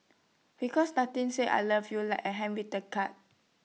because nothing says I love you like A handwritten card